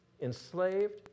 enslaved